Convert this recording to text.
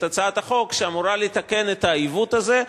את הצעת החוק שאמורה לתקן את העיוות הזה.